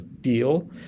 deal